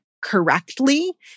Correctly